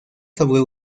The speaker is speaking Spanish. sobre